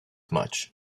much